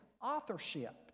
authorship